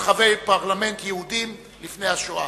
חברי פרלמנט יהודים בפולין לפני השואה.